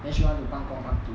then she want to 半工半读